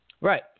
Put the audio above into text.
Right